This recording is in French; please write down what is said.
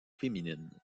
féminines